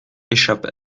échappe